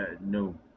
No